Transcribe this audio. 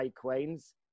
queens